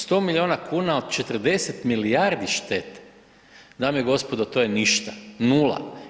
100 milijuna kuna od 40 milijardi štete, dame i gospodo, to je ništa, nula.